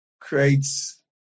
creates